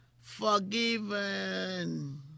Forgiven